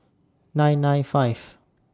nine nine five